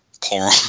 Paul